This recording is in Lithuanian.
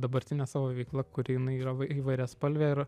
dabartine savo veikla kuri yra va įvairiaspalvė ir